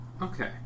Okay